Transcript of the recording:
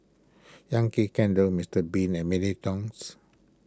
Yankee Candle Mister Bean and Mini Toons